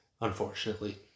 Unfortunately